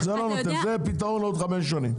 זה פתרון לעוד חמש שנים.